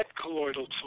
colloidal